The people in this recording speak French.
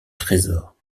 trésor